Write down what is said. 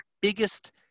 biggest